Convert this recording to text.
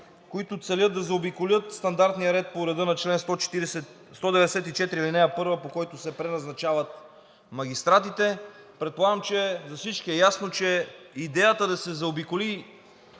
които целят да заобиколят стандартния ред по реда на чл. 194, ал. 1, по който се преназначават магистратите. Предполагам, че за всички е ясно, че идеята да се заобиколи